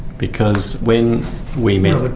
because when we met